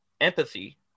empathy